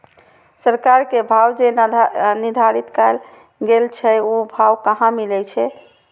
सरकार के भाव जे निर्धारित कायल गेल छै ओ भाव कहाँ मिले छै?